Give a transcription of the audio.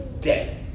dead